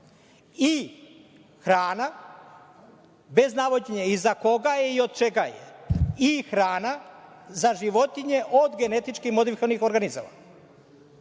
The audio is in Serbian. i hrana bez navođenja i za koga i od čega je, i hrana za životinje, od genetički modifikovanih organizama.